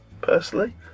personally